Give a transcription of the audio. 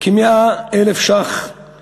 כ-100,000 שקלים